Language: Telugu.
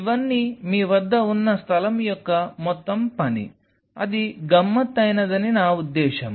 ఇవన్నీ మీ వద్ద ఉన్న స్థలం యొక్క మొత్తం పని అది గమ్మత్తైనదని నా ఉద్దేశ్యం